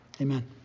Amen